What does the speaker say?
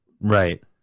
Right